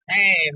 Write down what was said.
Hey